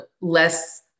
less